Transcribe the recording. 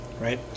right